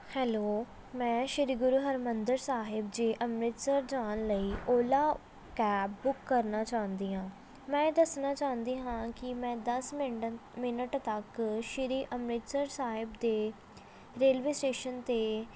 hello ਮੈਂ ਸ਼੍ਰੀ ਗੁਰੂ ਹਰਿਮੰਦਰ ਸਾਹਿਬ ਜੀ ਅੰਮ੍ਰਿਤਸਰ ਜਾਣ ਲਈ ਓਲਾ ਕੈਬ ਬੁੱਕ ਕਰਨਾ ਚਾਹੁੰਦੀ ਹਾਂ ਮੈਂ ਇਹ ਦੱਸਣਾ ਚਾਹੁੰਦੀ ਹਾਂ ਕਿ ਮੈਂ ਦਸ ਮਿੰਟਨ ਮਿੰਨਟ ਤੱਕ ਸ਼੍ਰੀ ਅੰਮ੍ਰਿਤਸਰ ਸਾਹਿਬ ਦੇ ਰੇਲਵੇ ਸਟੇਸ਼ਨ 'ਤੇ